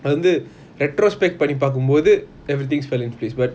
அது வந்து:athu vanthu retrospect பண்ணி பாக்கும் போது:panni paakum bothu everything fell into place but